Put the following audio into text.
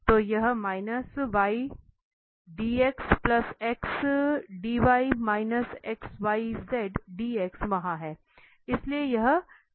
तो यह y dx x dy xyz dz वहाँ है इसलिए यह ठीक है